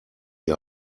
die